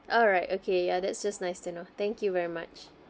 alright okay ya that's just nice to know thank you very much